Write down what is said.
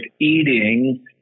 eating